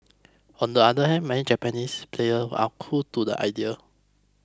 on the other hand many Japanese player are cool to the idea